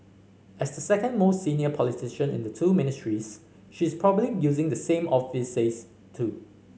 as the second most senior politician in the two Ministries she is probably using the same office space too